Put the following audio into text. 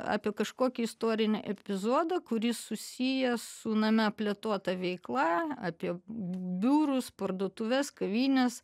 apie kažkokį istorinį epizodą kuris susijęs su name plėtota veikla apie biurus parduotuves kavines